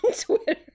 Twitter